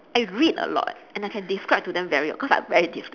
I read a lot and I can describe to them very because I'm very descriptive